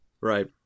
Right